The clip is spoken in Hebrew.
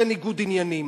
זה ניגוד עניינים.